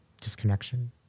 disconnection